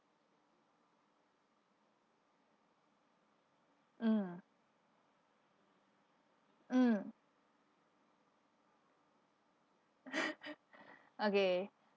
mm mm okay